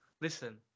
Listen